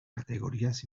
categorías